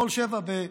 במול 7 בשדרות,